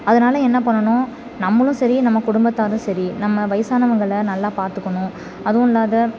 அதனால என்ன பண்ணணும் நம்மளும் சரி நம்ப குடும்பத்தாரும் சரி நம்ம வயதானவங்கள நல்லா பார்த்துக்கணும் அதுவுமில்லாத